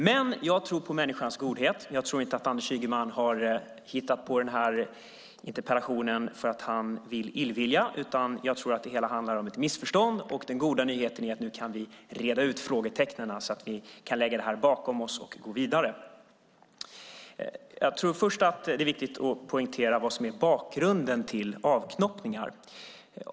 Men jag tror på människans godhet. Jag tror inte att Anders Ygeman av illvilja hittat på det som står i interpellationen, utan jag tror att det hela handlar om ett missförstånd. Den goda nyheten är att vi nu kan reda ut frågetecknen så att vi kan lämna det här bakom oss och gå vidare. Jag tror att det först är viktigt att poängtera vad som är bakgrunden till avknoppningar.